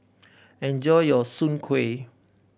enjoy your Soon Kuih